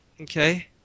Okay